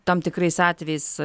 tam tikrais atvejais